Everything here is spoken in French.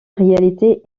réalité